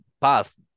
past